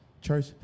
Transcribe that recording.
church